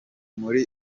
muri